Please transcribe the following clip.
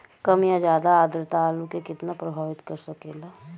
कम या ज्यादा आद्रता आलू के कितना प्रभावित कर सकेला?